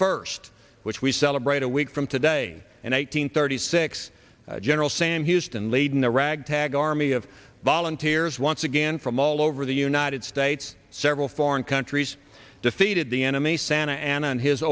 first which we celebrate a week from today and eight hundred thirty six general sam houston laden a ragtag army of volunteers once again from all over the united states several foreign countries defeated the enemy santa ana and his